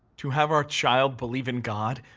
to have our child believe in god,